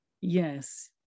Yes